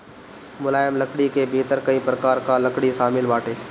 मुलायम लकड़ी के भीतर कई प्रकार कअ लकड़ी शामिल बाटे